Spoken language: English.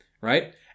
right